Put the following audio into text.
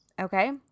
okay